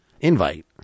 invite